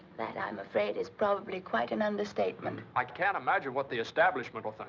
that, i'm afraid, is probably quite an understatement. i can't imagine what the establishment will think.